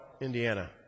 Indiana